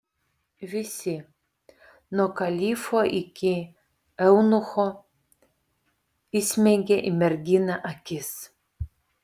visi nuo kalifo iki eunucho įsmeigė į merginą akis